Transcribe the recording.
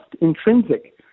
intrinsic